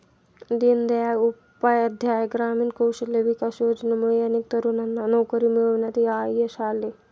दीनदयाळ उपाध्याय ग्रामीण कौशल्य विकास योजनेमुळे अनेक तरुणांना नोकरी मिळवण्यात यश आले